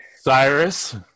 Cyrus